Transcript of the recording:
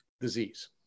disease